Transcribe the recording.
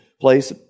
place